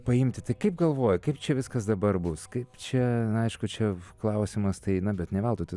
paimti tai kaip galvoji kaip čia viskas dabar bus kaip čia na aišku čia klausimas tai na bet ne veltui tu